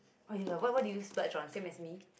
oh ya what what do you splurge on same as me